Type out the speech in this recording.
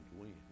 win